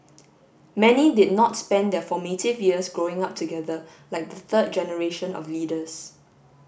many did not spend their formative years growing up together like the third generation of leaders